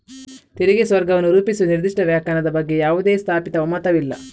ತೆರಿಗೆ ಸ್ವರ್ಗವನ್ನು ರೂಪಿಸುವ ನಿರ್ದಿಷ್ಟ ವ್ಯಾಖ್ಯಾನದ ಬಗ್ಗೆ ಯಾವುದೇ ಸ್ಥಾಪಿತ ಒಮ್ಮತವಿಲ್ಲ